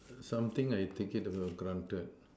something I take it for granted